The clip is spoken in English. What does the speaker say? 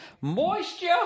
moisture